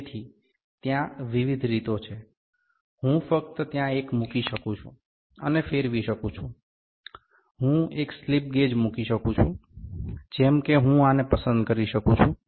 તેથી ત્યાં વિવિધ રીતો છે હું ફક્ત ત્યાં એક મૂકી શકું છું અને ફેરવી શકું છું હું એક સ્લિપ ગેજ મૂકી શકું છું જેમ કે હું આને પસંદ કરી શકું છું